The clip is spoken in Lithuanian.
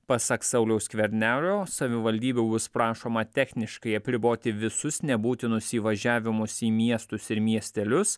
pasak sauliaus skvernelio savivaldybių bus prašoma techniškai apriboti visus nebūtinus įvažiavimus į miestus ir miestelius